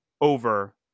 over